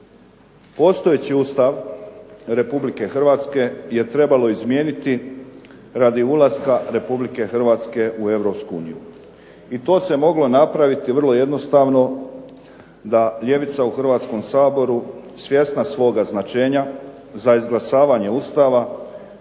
Postojeći Ustav Republike Hrvatske je trebalo izmijeniti radi ulaska Republike Hrvatske u Europsku uniju, i to se moglo napraviti vrlo jednostavno da ljevica u Hrvatskom saboru svjesna svoga značenja za izglasavanje Ustava